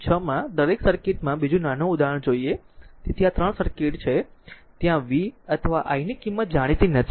6 માં દરેક સર્કિટમાં બીજું નાનું ઉદાહરણ જોઈએ તેથી આ 3 સર્કિટ છે ત્યાં v અથવા i ની કિંમત જાણીતી નથી